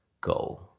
go